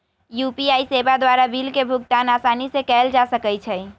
UPI सेवा द्वारा bill के भुगतान असानी से कएल जा सकइ छै